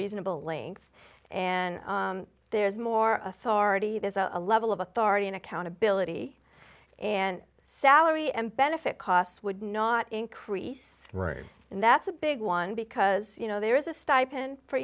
reasonable length and there's more authority there's a level of authority and accountability and salary and benefit costs would not increase right and that's a big one because you know there is a stipend for